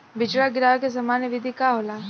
बिचड़ा गिरावे के सामान्य विधि का होला?